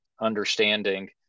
understanding